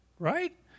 Right